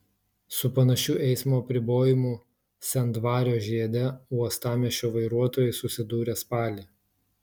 su panašiu eismo apribojimu sendvario žiede uostamiesčio vairuotojai susidūrė spalį